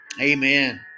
Amen